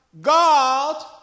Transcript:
God